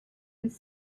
with